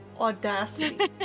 Audacity